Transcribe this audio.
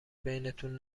بینتون